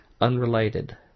unrelated